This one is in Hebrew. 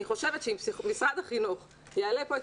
אני חושבת שאם משרד החינוך יעלה כאן את